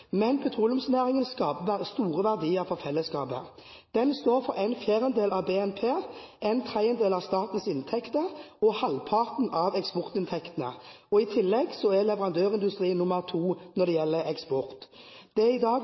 men petroleumsnæringen skaper store verdier for fellesskapet. Den står for en fjerdedel av BNP, en tredjedel av statens inntekter og halvparten av eksportinntektene. I tillegg er leverandørindustrien nr. to når det gjelder eksport. Det er i dag